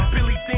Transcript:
Billy